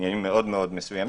בעניינים מאוד מסוימים,